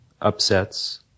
upsets